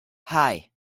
hei